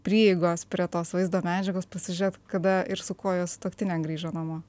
prieigos prie tos vaizdo medžiagos pasižiūrėt kada ir su kuo jo sutuoktinė grįžo namo